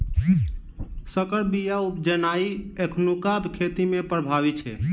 सँकर बीया उपजेनाइ एखुनका खेती मे प्रभावी छै